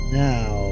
now